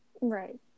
right